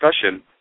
discussion